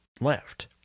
left